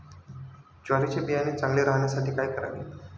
ज्वारीचे बियाणे चांगले राहण्यासाठी काय करावे?